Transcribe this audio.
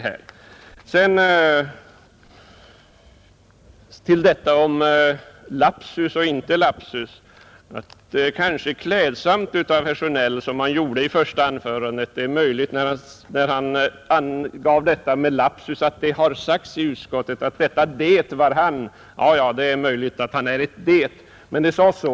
Vad sedan frågan om lapsus eller inte lapsus angår kanske det var klädsamt av herr Sjönell att, som han gjorde i sitt första anförande, säga att det har sagts i utskottet och därvid mena att detta ”det” var han själv. Det är möjligt att herr Sjönell inte är något ”det”, men han sade faktiskt så.